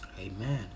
amen